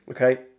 Okay